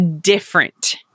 different